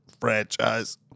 franchise